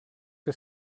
que